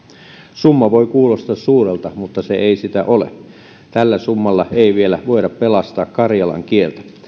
summa voi kuulostaa suurelta mutta se ei sitä ole tällä summalla ei vielä voida pelastaa karjalan kieltä